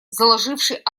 заложивший